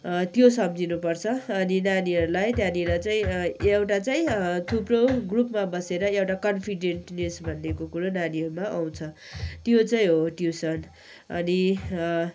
त्यो सम्झिनुपर्छ अनि नानीहरूलाई त्यहाँनिर चाहिँ एउटा चाहिँ थुप्रो ग्रुपमा बसेर एउटा कन्फिडेन्टनेस भन्ने कुरो नानीहरूमा आउँछ त्यो चाहिँ हो ट्युसन अनि